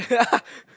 are